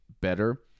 better